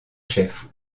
chef